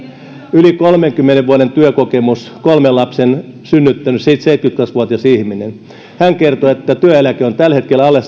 yli kolmenkymmenen vuoden työkokemus kolme lasta synnyttänyt seitsemänkymmentäkaksi vuotias ihminen hän kertoi että työeläke on tällä hetkellä alle